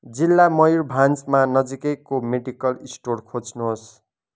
जिल्ला मयुरभान्जमा नजिकैको मेडिकल स्टोर खोज्नुहोस्